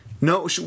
No